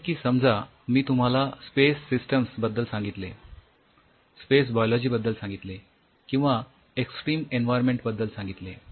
जसे की समजा मी तुम्हाला स्पेस सिस्टिम्स बद्दल सांगितले स्पेस बायोलॉजी बद्दल सांगितले किंवा एक्सट्रीम एन्व्हायर्मेंट बद्दल सांगितले